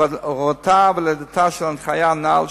הורתה ולידתה של ההנחיה הנ"ל,